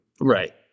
Right